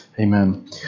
Amen